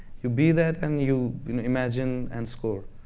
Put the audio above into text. you be that and you imagine and score.